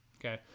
Okay